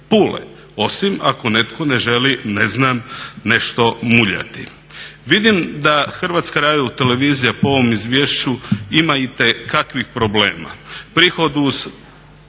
Pule. Osim ako netko ne želi ne znam nešto muljati. Vidim da HRT po ovom izvješću ima itekakvih problema. Prihodi uz